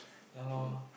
ya lor